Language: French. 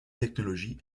technologie